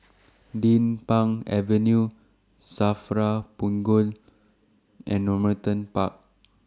Din Pang Avenue SAFRA Punggol and Normanton Park